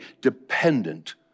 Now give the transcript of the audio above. dependent